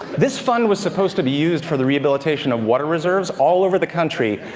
this fund was supposed to be used for the rehabilitation of water reserves all over the country,